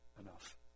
enough